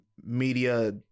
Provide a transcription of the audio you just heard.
media